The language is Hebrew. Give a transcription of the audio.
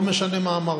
לא משנה מה אמרת.